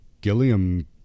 Gilliam